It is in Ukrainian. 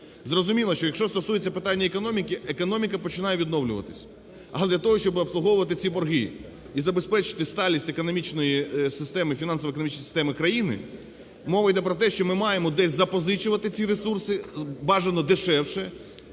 Зрозуміло, що якщо стосується питання економіки, економіка починає відновлюватись, але для того, щоби обслуговувати ці борги і забезпечувати сталість економічної системи, фінансово-економічної системи країни, мова йде про те, що ми маємо десь запозичувати ці ресурси, бажано дешевше,